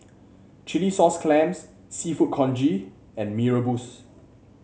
Chilli Sauce Clams seafood congee and Mee Rebus